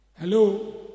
Hello